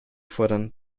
fordern